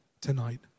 tonight